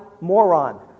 moron